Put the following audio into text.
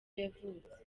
yavutse